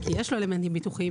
כי יש לו אלמנטים ביטוחיים.